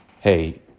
hey